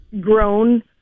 grown